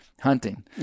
hunting